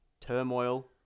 turmoil